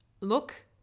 look